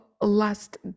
last